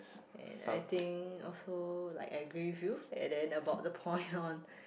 and I think also like I agree with you and then on the point on